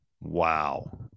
Wow